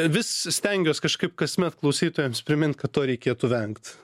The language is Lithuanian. vis stengiuos kažkaip kasmet klausytojams primint kad to reikėtų vengt